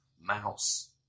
mouse